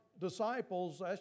disciples